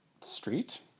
Street